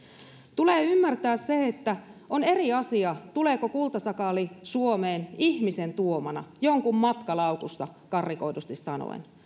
tulee ymmärtää se että on eri asia tuleeko kultasakaali suomeen ihmisen tuomana jonkun matkalaukussa karrikoidusti sanoen